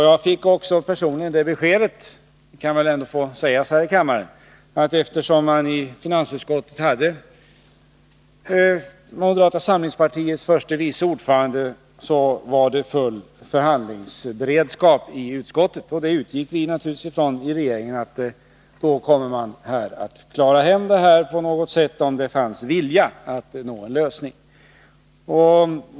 Jag fick personligen det beskedet — det kan väl få sägas här i kammaren — att eftersom mani finansutskottet hade moderata samlingspartiets vice ordförande, så var det full förhandlingsberedskap i utskottet. Då utgick vi i regeringen naturligtvis ifrån att man kommer att klara hem det här på något sätt, om det fanns vilja att nå en lösning.